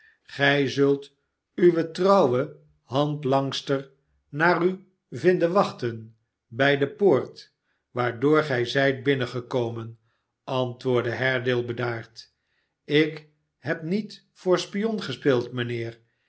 gij zult uwe trouwe handlangster naar u vinden wachten bij de poort waardoor gij zijt binnengekomen antwoordde haredale bedaard ik heb niet voor spion gespeeld mijnheer